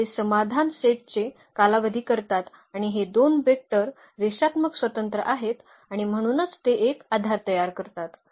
तर ते समाधान सेट चे कालावधी करतात आणि हे दोन वेक्टर रेषात्मक स्वतंत्र आहेत आणि म्हणूनच ते एक आधार तयार करतात